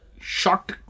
short